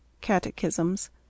catechisms